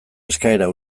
eskaera